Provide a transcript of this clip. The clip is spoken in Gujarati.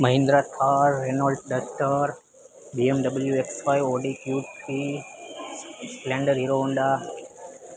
Mahindra Thar Renault Duster BMW X Y Audi Q three Splendor Hero Honda